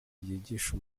ryigisha